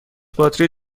باتری